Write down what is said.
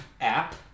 app